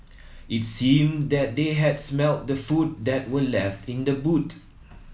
it seemed that they had smelt the food that were left in the boot